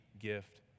gift